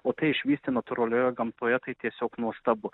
o tai išvysti natūralioje gamtoje tai tiesiog nuostabu